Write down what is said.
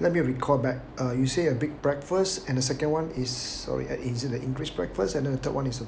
let me recall back uh you say a big breakfast and the second one is sorry is it the english breakfast and then the third one is the